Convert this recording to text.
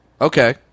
Okay